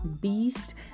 beast